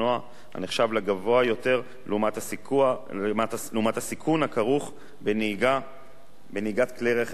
הנחשב לגבוה יותר לעומת הסיכון הכרוך בנהיגת כלי רכב אחרים.